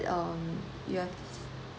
um you have